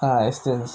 ah Astons